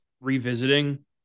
revisiting